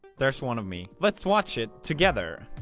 there's one of me let's watch it, together.